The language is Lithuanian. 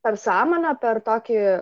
per sąmonę per tokį